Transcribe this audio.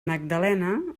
magdalena